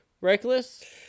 reckless